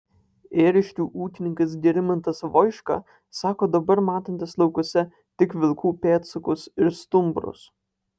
ėriškių ūkininkas gerimantas voiška sako dabar matantis laukuose tik vilkų pėdsakus ir stumbrus